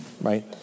right